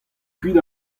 kuit